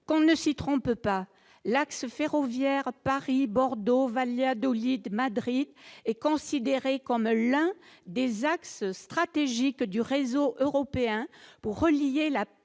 Qu'on ne s'y trompe pas, l'axe ferroviaire Paris-Bordeaux-Valladolid-Madrid est considéré comme l'un des axes stratégiques du réseau européen pour relier la